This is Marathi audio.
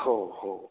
हो हो